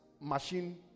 machine